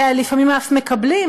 ולפעמים אף מקבלים,